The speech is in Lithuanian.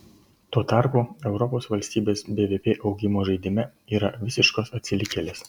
tuo tarpu europos valstybės bvp augimo žaidime yra visiškos atsilikėlės